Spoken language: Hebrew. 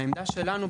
העמדה שלנו,